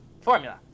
formula